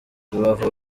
rubavu